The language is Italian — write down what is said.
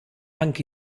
anche